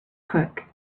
crook